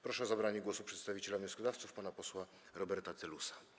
Proszę o zabranie głosu przedstawiciela wnioskodawców pana posła Roberta Telusa.